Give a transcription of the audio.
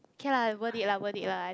K lah worth it lah worth it lah I